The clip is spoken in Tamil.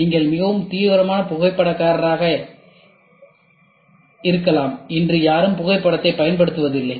நீங்கள் மிகவும் தீவிரமான புகைப்படக்காரராக இருந்தாலும் இன்று யாரும் புகைப்படத்தைப் பயன்படுத்துவதில்லை